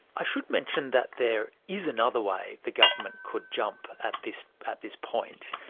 i should mention that there is another way the government could jump at this at this point.